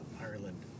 Ireland